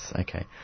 okay